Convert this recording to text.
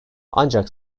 ancak